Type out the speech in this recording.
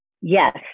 Yes